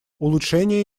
улучшения